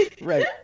Right